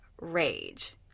rage